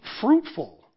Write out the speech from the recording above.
fruitful